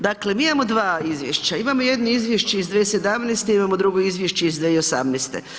Dakle, mi imamo dva izvješća, imamo jedno izvješće iz 2017., imamo drugo izvješće iz 2018.